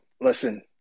listen